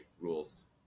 rules